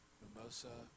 mimosa